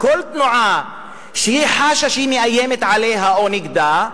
כל תנועה שהיא חשה שהיא מאיימת עליה או שהיא נגדה.